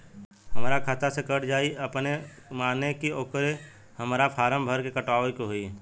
हमरा खाता से कट जायी अपने माने की आके हमरा फारम भर के कटवाए के होई?